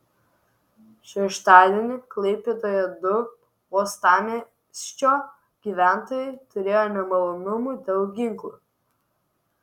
šeštadienį klaipėdoje du uostamiesčio gyventojai turėjo nemalonumų dėl ginklų